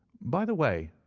by the way,